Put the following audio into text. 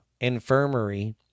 infirmary